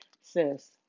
sis